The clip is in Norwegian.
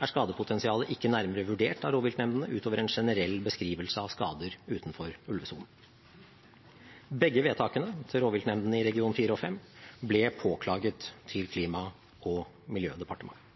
er skadepotensialet ikke nærmere vurdert av rovviltnemndene utover en generell beskrivelse av skader utenfor ulvesonen. Begge vedtakene til rovviltnemndene i regionene 4 og 5 ble påklaget til Klima- og miljødepartementet.